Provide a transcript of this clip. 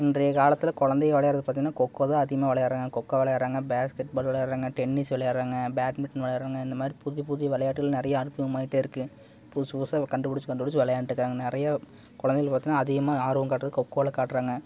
இன்றைய காலத்தில் குழந்தை விளையாடுறதுக்கு ஆரம்பிச்சதுமே கொக்கோ தான் அதிகமாக விளையாடுகிறாங்க கொக்கோ விளையாடுகிறாங்க பேஸ்கெட் பால் விளையாடுகிறாங்க டென்னிஸ் விளையாடுகிறாங்க பேட்மிட்டன் விளையாடுகிறாங்க இந்தமாதிரி புதிய புதிய விளையாட்டுகள் நிறைய அறிமுகமாகிட்டே இருக்குது புதுசு புதுசாக கண்டுபிடுச்சி கண்டுபிடுச்சி விளையாண்ட்டு இருக்காங்கள் நிறையா குழந்தைங்களுக்கு பார்த்திங்கனா அதிகமாக ஆர்வம் காட்டுறது கொக்கோல காட்டுறாங்க